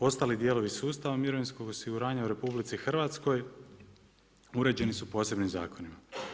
Ostali dijelovi sustava mirovinskog osiguranja u RH, uređeni su posebnim zakonima.